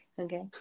Okay